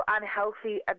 unhealthy